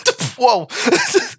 whoa